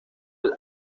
del